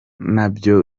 nabyo